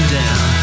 down